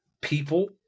people